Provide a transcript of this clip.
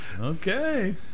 Okay